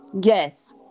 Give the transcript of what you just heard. yes